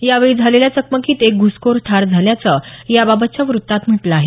यावेळी झालेल्या चकमकीत एक घुसखोर ठार झाल्याचं याबाबतच्या वृत्तात म्हटलं आहे